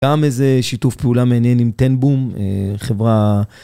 גם איזה שיתוף פעולה מעניין עם תן בום, חברה...